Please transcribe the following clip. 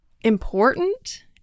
important